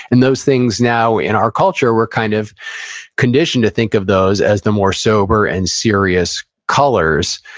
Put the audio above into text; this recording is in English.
and those things now, in our culture, we're kind of conditioned to think of those as the more sober and serious colors.